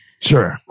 Sure